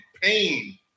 pain